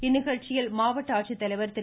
இந்நிகழ்ச்சியில் மாவட்ட இறப்பு ஆட்சித்தலைவர் திரு